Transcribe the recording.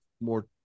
more